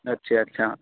اچھا اچھا